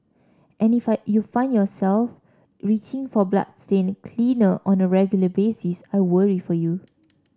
and if I you find yourself reaching for bloodstain cleaner on a regular basis I worry for you